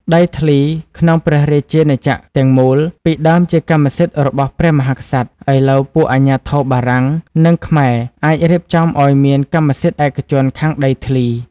ដីធ្លីក្នុងព្រះរាជាណាចក្រទាំងមូល ពីដើមជាកម្មសិទ្ធិរបស់ព្រះមហាក្សត្រ ឥឡូវពួកអាជ្ញាធរបារាំង និងខ្មែរអាចរៀបចំឱ្យមានកម្មសិទ្ធិឯកជនខាងដីធ្លី។